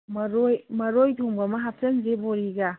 ꯃꯔꯣꯏ ꯃꯔꯣꯏ ꯊꯣꯡꯕ ꯑꯃ ꯍꯥꯏꯆꯟꯁꯤ ꯕꯣꯔꯤꯒ